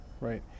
Right